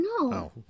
No